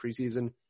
preseason